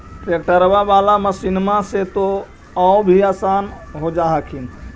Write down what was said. ट्रैक्टरबा बाला मसिन्मा से तो औ भी आसन हो जा हखिन?